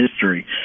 history